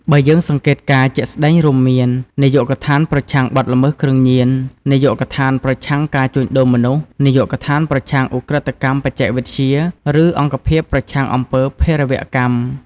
បើយើងសង្កេតការជាក់ស្តែងរួមមាន នាយកដ្ឋានប្រឆាំងបទល្មើសគ្រឿងញៀន នាយកដ្ឋានប្រឆាំងការជួញដូរមនុស្ស នាយកដ្ឋានប្រឆាំងឧក្រិដ្ឋកម្មបច្ចេកវិទ្យា ឬអង្គភាពប្រឆាំងអំពើភេរវកម្ម។